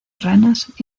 ranas